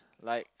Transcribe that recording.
like